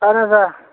اَہَن حظ آ